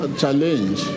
challenge